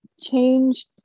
changed